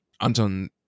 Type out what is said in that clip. anton